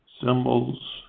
symbols